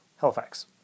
halifax